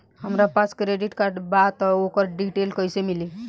हमरा पास credit card बा त ओकर डिटेल्स कइसे मिली?